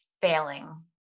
failing